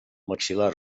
maxil·lar